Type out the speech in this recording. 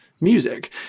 music